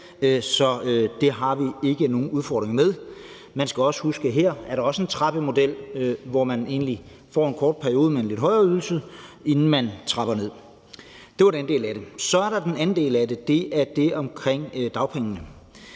Så det har vi ikke nogen udfordring med. Man skal også huske, at her er der en trappemodel, hvor man egentlig får en kort periode med en lidt højere ydelse, inden man trapper ned. Det var den del af det. Så er der den anden del af det, nemlig det omkring dagpengene,